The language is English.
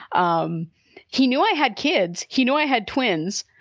um he knew i had kids. he knew i had twins.